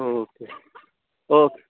okay okay